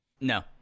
No